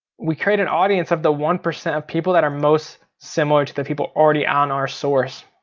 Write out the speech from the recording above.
we create an audience of the one percent of people that are most similar to the people already on our source.